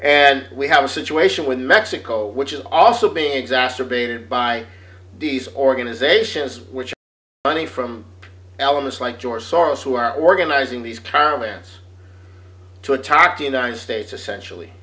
and we have a situation with mexico which is also being exacerbated by these organizations which money from elements like george soros who are organizing these caravans to attack the united states essentially